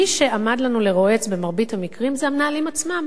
ומי שעמד לנו לרועץ במרבית המקרים זה המנהלים עצמם,